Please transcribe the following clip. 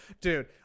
Dude